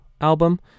album